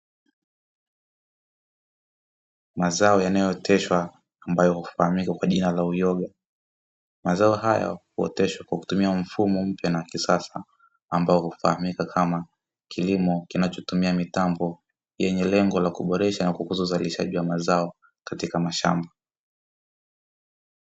Mazao yanayooteshwa, ambayo hufahamika kwa jina la uyoga; mazao hayo huoteshwa kwa kutumia mfumo mpya na wa kisasa, ambao hufahamika kama kilimo kinachotumia mitambo, yenye lengo la kuboresha na kukuza uzalishaji wa mazao katika mashamba.